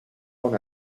una